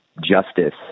justice